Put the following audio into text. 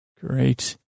great